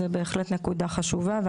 זו בהחלט נקודה חשובה.